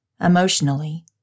emotionally